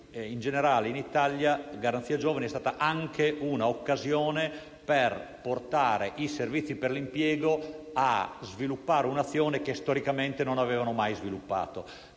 in generale, Garanzia giovani è stata anche un'occasione per portare i servizi per l'impiego a sviluppare un'azione che, storicamente, non avevano mai sviluppato.